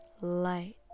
light